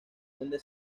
donde